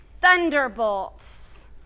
thunderbolts